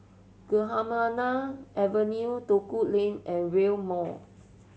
Gymkhana Avenue Duku Lane and Rail Mall